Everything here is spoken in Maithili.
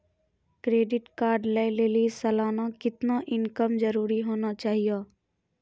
क्रेडिट कार्ड लय लेली सालाना कितना इनकम जरूरी होना चहियों?